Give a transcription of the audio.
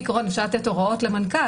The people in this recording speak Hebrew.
בעיקרון הוא יכול לתת הוראות למנכ"ל,